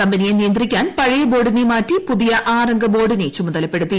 കമ്പനിയെ നിയന്ത്രിക്കാൻ പഴയ ബോർഡിനെ മാറ്റി പുതിയ ആറ് അംഗ ബോർഡിനെ ചുമതലപ്പെടുത്തി